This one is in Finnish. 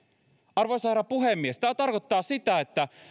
arvoisa herra puhemies tämä tarkoittaa sitä että